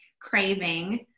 craving